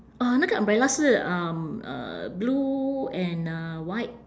uh 那个 umbrella 是 um uh blue and uh white